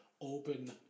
open